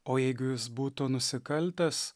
o jeigu jis būtų nusikaltęs